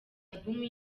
album